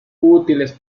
útiles